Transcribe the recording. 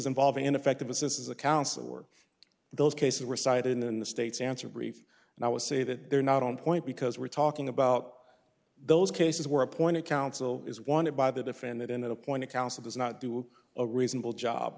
involving ineffective assistance of counsel for those cases were cited in the state's answer brief and i would say that they're not on point because we're talking about those cases where appointed counsel is wanted by the defendant in an appointed counsel does not do a reasonable job